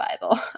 Bible